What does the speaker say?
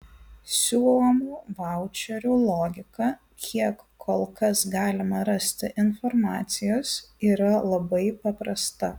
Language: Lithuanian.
siūlomų vaučerių logika kiek kol kas galima rasti informacijos yra labai paprasta